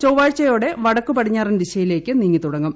ചൊവ്വാഴ്ചയോടെ വടക്കു പടിഞ്ഞാറൻ ദിശയിലേക്ക് നീങ്ങി തുടങ്ങും